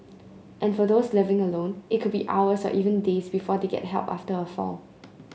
and for those living alone it could be hours or even days before they get help after a fall